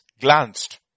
Glanced